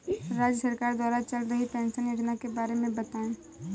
राज्य सरकार द्वारा चल रही पेंशन योजना के बारे में बताएँ?